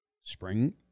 spring